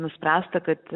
nuspręsta kad